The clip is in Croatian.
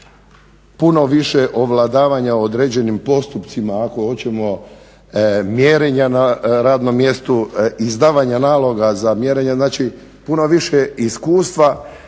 puno više ovladavanja određenim postupcima ako hoćemo mjerenja na radnom mjestu, izdavanja naloga za mjerenja. Znači puno više iskustva